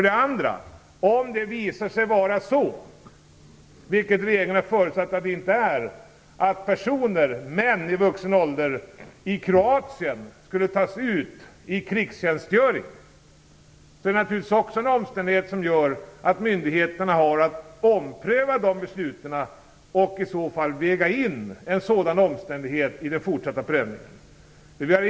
Dessutom: Om det visar sig vara så, vilket regeringen har förutsatt att det inte är, att män i vuxen ålder i Kroatien skulle tas ut i krigstjänstgöring, är detta naturligtvis också en omständighet som gör att myndigheterna har att ompröva de aktuella besluten och väga in den omständigheten i den fortsatta prövningen.